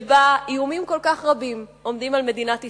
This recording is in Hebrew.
שבה איומים כל כך רבים עומדים על מדינת ישראל,